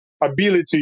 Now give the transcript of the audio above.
ability